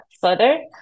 further